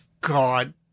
God